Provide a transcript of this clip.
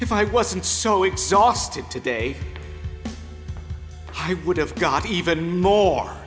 if i wasn't so exhausted today it would have got even more